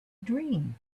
dream